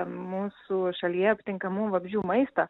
mūsų šalyje aptinkamų vabzdžių maisto